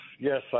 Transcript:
Yes